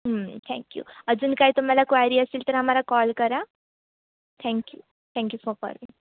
thank you अजून काही तुम्हाला क्वायरी असेल तर आम्हाला कॉल करा थँक्यू थँक्यू फॉ